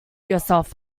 yourself